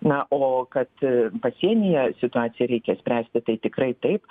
na o kad pasienyje situaciją reikia spręsti tai tikrai taip